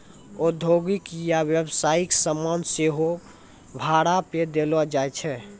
औद्योगिक या व्यवसायिक समान सेहो भाड़ा पे देलो जाय छै